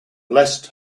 blessed